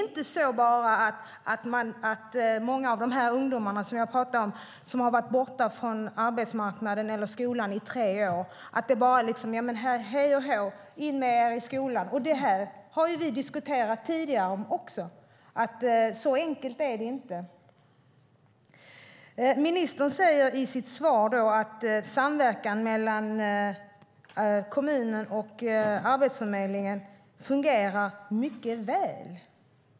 För många av de här ungdomarna som har varit borta från arbetsmarknaden eller skolan i tre år, är det liksom inte hej och hå, in med er i skolan! Vi har även tidigare diskuterat här att det inte är så enkelt. Ministern säger i sitt svar att samverkan mellan kommunen och Arbetsförmedlingen fungerar mycket väl.